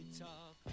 talk